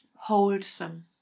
wholesome